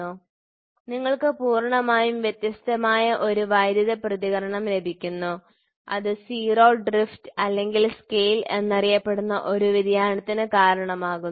അതിനാൽ നിങ്ങൾക്ക് പൂർണ്ണമായും വ്യത്യസ്തമായ ഒരു വൈദ്യുത പ്രതികരണം ലഭിക്കുന്നു അത് 0 ഡ്രിഫ്റ്റ് അല്ലെങ്കിൽ സ്കെയിൽ എന്നറിയപ്പെടുന്ന ഒരു വ്യതിയാനത്തിന് കാരണമാകുന്നു